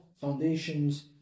foundations